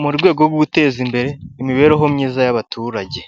Mu rwego rwo guteza imbere imibereho myiza y'abaturage,